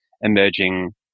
emerging